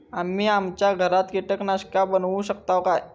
आम्ही आमच्या घरात कीटकनाशका बनवू शकताव काय?